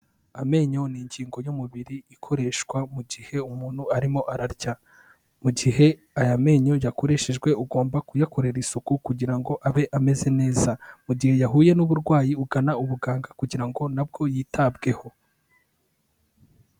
Amenyo ni ingingo y'umubiri ikoreshwa mu gihe umuntu arimo ararya, mu gihe aya menyo yakoreshejwe ugomba kuyakorera isuku kugira ngo abe ameze neza, mu gihe yahuye n'uburwayi ugana ubuganga kugira ngo na bwo yitabweho.